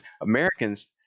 Americans